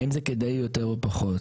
האם זה כדאי יותר או פחות?